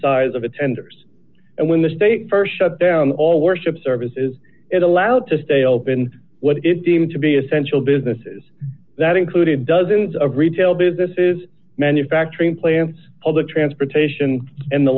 size of attenders and when the state st shut down all worship services it allowed to stay open what is deemed to be essential businesses that included dozens of retail businesses manufacturing plants public transportation and the